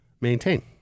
maintain